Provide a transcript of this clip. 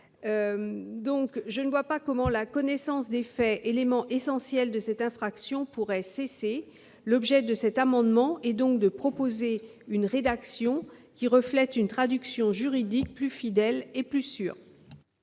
pénal. Je ne vois pas comment la connaissance des faits, élément essentiel de cette infraction, pourrait cesser. L'objet de cet amendement et donc de proposer une rédaction qui reflète une traduction juridique plus fidèle et plus sûre.